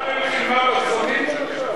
היחידה ללחימה בסמים, למשל?